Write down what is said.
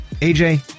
AJ